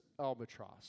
albatross